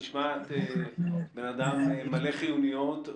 את נשמעת אדם מלא חיוניות.